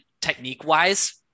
technique-wise